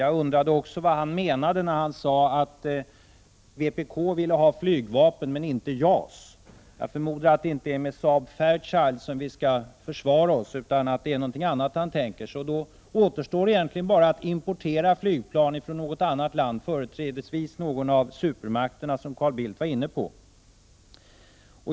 Jag undrade också vad han menade när han sade att vpk vill ha flygvapen men inte JAS. Jag förmodar att det inte är med Saab-Fairchild som vi skall försvara oss utan att det är någonting annat han tänker sig. Då återstår egentligen bara att importera flygplan från något annan land, företrädesvis från någon av supermakterna, vilket Carl Bildt var inne på.